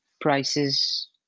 prices